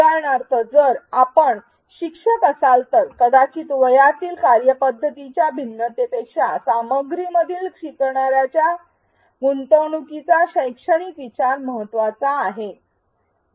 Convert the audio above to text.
उदाहरणार्थ जर आपण शिक्षक असाल तर कदाचित वयातील कार्यपद्धतीच्या भिन्नतेपेक्षा सामग्रीमधील शिकणाऱ्याच्या गुंतवणूकीचा शैक्षणिक विचार महत्त्वाचा आहे